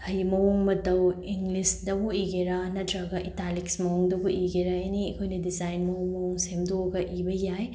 ꯍꯥꯏꯗꯤ ꯃꯑꯣꯡ ꯃꯇꯧ ꯏꯪꯂꯤꯁꯇꯕꯨ ꯏꯒꯦꯔꯥ ꯅꯠꯇ꯭ꯔꯒ ꯏꯇꯥꯂꯤꯛꯁ ꯃꯑꯣꯡꯗꯕꯨ ꯏꯒꯦꯔꯥ ꯑꯦꯅꯤ ꯑꯩꯈꯣꯏꯅ ꯗꯤꯖꯥꯏꯟ ꯃꯑꯣꯡ ꯃꯑꯣꯡ ꯁꯦꯝꯗꯣꯛꯂꯒ ꯏꯕ ꯌꯥꯏ